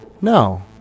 No